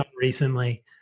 recently